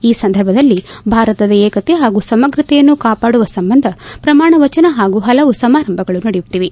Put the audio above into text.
ಈ ಸಂದರ್ಭದಲ್ಲಿ ಭಾರತದ ಏಕತೆ ಹಾಗೂ ಸಮಗ್ರತೆಯನ್ನು ಕಾಪಾಡುವ ಸಂಬಂಧ ಪ್ರಮಾಣವಚನ ಹಾಗೂ ಹಲವು ಸಮಾರಂಭಗಳು ನಡೆಯುತ್ತಿವೆ